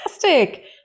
fantastic